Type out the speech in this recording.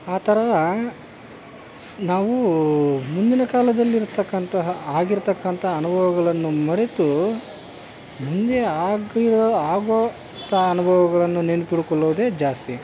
ಆ ಥರ ನಾವು ಮುಂದಿನ ಕಾಲದಲ್ಲಿ ಇರ್ತಕ್ಕಂತಹ ಆಗಿರ್ತಕ್ಕಂಥ ಅನುಭವಗಳನ್ನು ಮರೆತು ಮುಂದೆ ಆಗಿರೊ ಆಗೋವಂಥ ಅನುಭವಗಳನ್ನು ನೆನ್ಪಿಟ್ಕೊಳ್ಳೋದೇ ಜಾಸ್ತಿ